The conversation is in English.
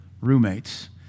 roommates